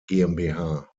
gmbh